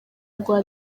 rwa